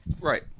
Right